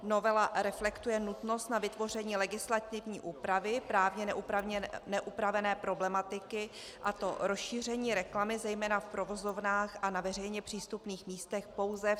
Novela reflektuje nutnost vytvoření legislativní úpravy právně neupravené problematiky, a to rozšíření reklamy zejména v provozovnách a na veřejně přístupných místech pouze v cizím jazyce.